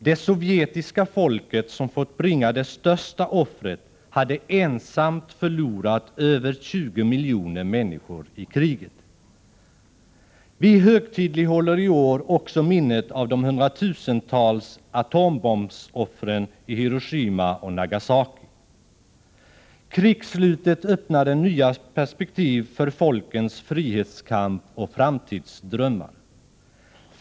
Det sovjetiska folket, som fått bringa det största offret, hade ensamt förlorat över 20 miljoner människor i kriget. Vi högtidlighåller i år också minnet av de hundratusentals atombombsoffren i Hiroshima och Nagasaki. Krigsslutet öppnade nya perspektiv för folkens frihetskamp och framtidsdrömmar.